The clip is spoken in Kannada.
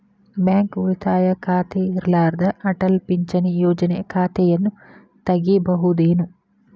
ಬ್ಯಾಂಕ ಉಳಿತಾಯ ಖಾತೆ ಇರ್ಲಾರ್ದ ಅಟಲ್ ಪಿಂಚಣಿ ಯೋಜನೆ ಖಾತೆಯನ್ನು ತೆಗಿಬಹುದೇನು?